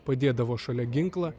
padėdavo šalia ginklą